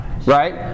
Right